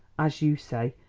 as you say,